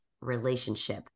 relationship